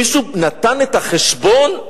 מישהו נתן את החשבון?